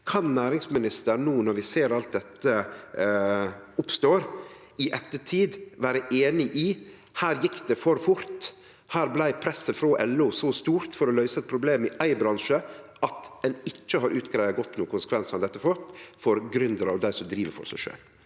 Kan næringsministeren, no når vi ser alt dette som oppstår, i ettertid vere einig i at her gjekk det for fort – her blei presset frå LO så stort for å løyse eit problem i ein bransje at ein ikkje har greidd godt nok ut konsekvensane dette får for gründerar og dei som driv for seg sjølve?